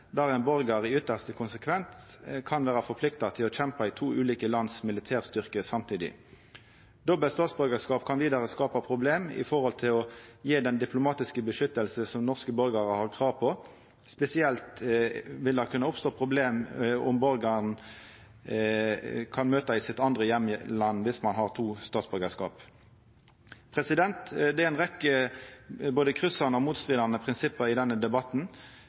der ein borgar i ytste konsekvens kan vera forplikta til å kjempa i to ulike lands militærstyrkar samtidig. Dobbel statsborgarskap kan vidare skapa problem med omsyn til å gje den diplomatiske beskyttelsen som norske borgarar har krav på. Spesielt vil det kunna oppstå problem om borgaren kan møta i sitt andre heimland viss ein har to statsborgarskap. Det er ei rekkje både kryssande og motstridande prinsipp i denne debatten.